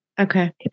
Okay